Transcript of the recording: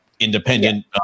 independent